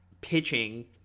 pitching